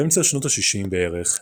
באמצע שנות השישים בערך,